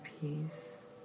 peace